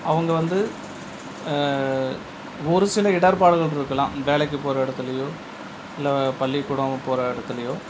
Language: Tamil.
அவங்க வந்து ஒரு சில இடர்பாடுகள் இருக்கலாம் வேலைக்குப் போகிற இடத்துலேயோ இல்லை பள்ளிக்கூடம் போகிற இடத்துலேயோ